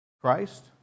Christ